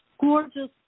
gorgeous